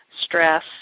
stress